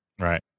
Right